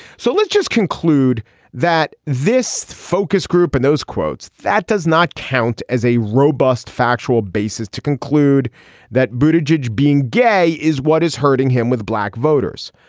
so let's just conclude that this focus group and those quotes that does not count as a robust factual basis to conclude that booted judge being gay is what is hurting him with black voters.